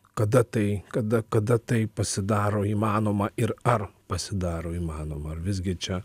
kada tai kada kada tai pasidaro įmanoma ir ar pasidaro įmanoma ar visgi čia